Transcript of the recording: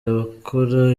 abakora